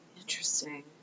Interesting